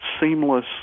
seamless